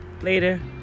later